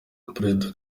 perezida